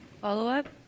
Follow-up